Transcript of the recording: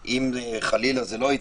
אם, חלילה, זה לא יתקבל,